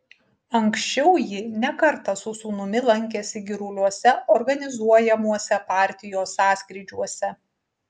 anksčiau ji ne kartą su sūnumi lankėsi giruliuose organizuojamuose partijos sąskrydžiuose